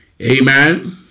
Amen